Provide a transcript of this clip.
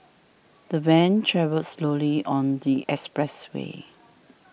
the van travelled slowly on the expressway